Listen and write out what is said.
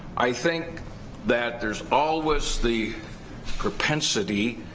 i think that there's always the propensity